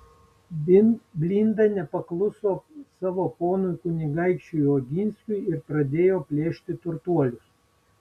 blinda nepakluso savo ponui kunigaikščiui oginskiui ir pradėjo plėšti turtuolius